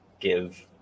give